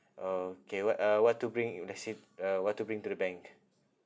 okay what uh what to bring if let's say uh what to bring to the bank